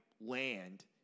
land